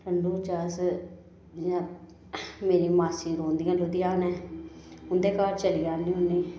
ठंडू च अस जियां मेरी मासी रौंह्दियां न लुधयानै उं'दे घर चली जन्ने होन्ने आं